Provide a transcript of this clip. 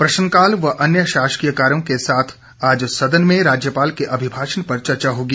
प्रश्नकाल व अन्य शासकीय कार्यों के साथ आज सदन में राज्यपाल के अभिभाषण पर चर्चा होगी